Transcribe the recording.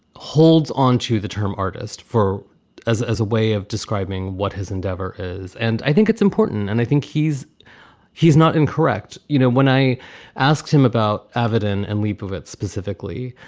holds on to the term artist for as as a way of describing what his endeavor is, and i think it's important and i think he's he's not incorrect. you know, when i asked him about avidan and liebovitz specifically,